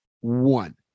one